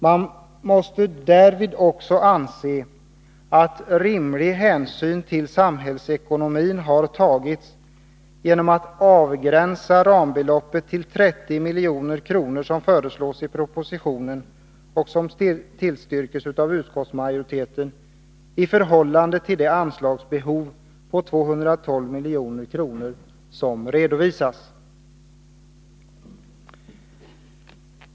Man måste därvid också anse att rimlig hänsyn till samhällsekonomin har tagits genom den avgränsning av rambeloppet till 30 milj.kr. som föreslås i propositionen och som tillstyrks av utskottsmajoriteten, i förhållande till det anslagsbehov på 212 milj.kr. som redovisas.